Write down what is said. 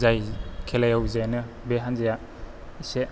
जाय खेलायाव जेनो बे हान्जाया एसे